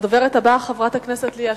הדוברת הבאה, חברת הכנסת ליה שמטוב.